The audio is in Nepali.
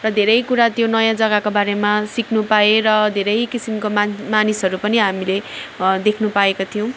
र धेरै कुरा त्यो नयाँ जगाको बारेमा सिक्नु पाएँ र धेरै किसिमको मा मानिसहरू पनि हामीले देख्नु पाएका थियौँ